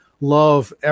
love